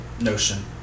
notion